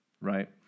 right